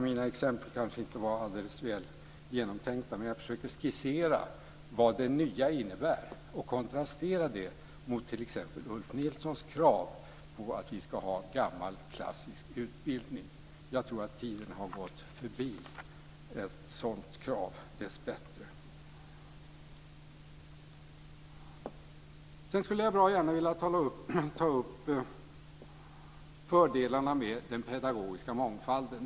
Mina exempel kanske inte var så väl genomtänkta, men jag försökte skissera vad det nya innebär och kontrastera det mot t.ex. Ulf Nilssons krav på att det ska vara gammal, klassisk utbildning. Jag tror att tiden har gått förbi ett sådant krav - dessbättre. Sedan vill jag ta upp detta med fördelarna med den pedagogiska mångfalden.